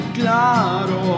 claro